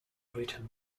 written